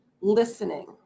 listening